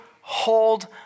hold